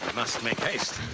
must make haste.